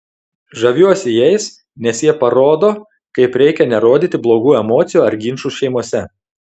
žaviuosi jais nes jie parodo kaip reikia nerodyti blogų emocijų ar ginčų šeimose